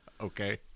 Okay